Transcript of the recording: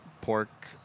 pork